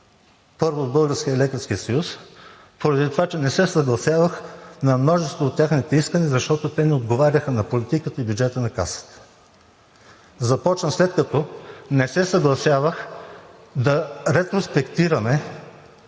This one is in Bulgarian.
първо от Българския лекарски съюз поради това, че не се съгласявах на множество от техните искания, защото те не отговаряха на политиката и бюджета на Касата. Започна, след като не се съгласявах да ретроспектираме